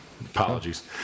apologies